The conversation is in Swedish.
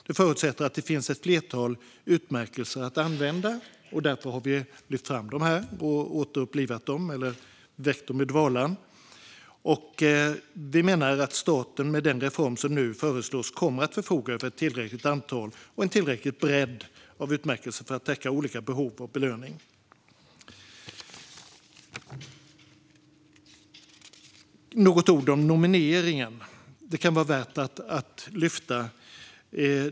Detta förutsätter att det finns ett flertal utmärkelser att använda, och därför har vi lyft fram dessa och väckt dem ur dvalan. Vi menar att staten med den reform som nu föreslås kommer att förfoga över ett tillräckligt antal utmärkelser med en tillräcklig bredd för att täcka olika belöningsbehov. Några ord om nomineringen; detta kan vara värt att lyfta.